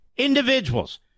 individuals